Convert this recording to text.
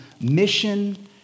mission